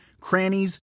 crannies